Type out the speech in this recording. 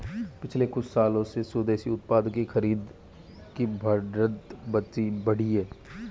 पिछले कुछ सालों में स्वदेशी उत्पादों की खरीद बढ़ी है